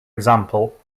example